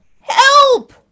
Help